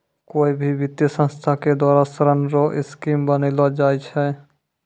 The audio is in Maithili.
कोय भी वित्तीय संस्था के द्वारा ऋण रो स्कीम बनैलो जाय छै